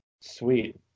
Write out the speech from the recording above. sweet